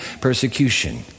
persecution